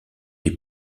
les